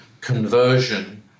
conversion